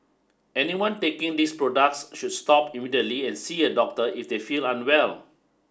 anyone taking these products should stop immediately and see a doctor if they feel unwell